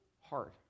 hard